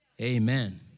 Amen